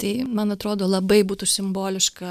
tai man atrodo labai būtų simboliška